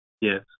Yes